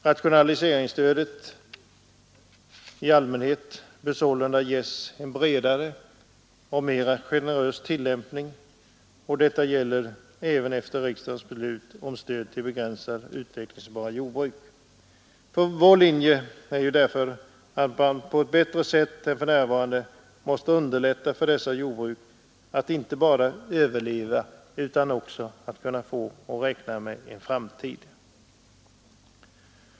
Rationaliseringsstödet i allmänhet bör sålunda ges en bredare och mera generös tillämpning. Detta gäller även efter riksdagens beslut om stöd till begränsat utvecklingsbara jordbruk. Vår linje är därför att man på ett bättre sätt än för närvarande måste underlätta för dessa jordbruk att inte bara överleva utan att också få en framtid.